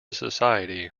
society